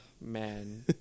Man